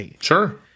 sure